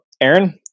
aaron